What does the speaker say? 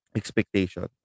expectation